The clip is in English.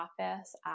office